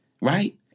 right